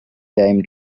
time